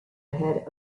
head